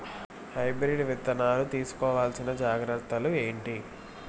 Hybrid విత్తనాలు తీసుకోవాల్సిన జాగ్రత్తలు ఏంటి?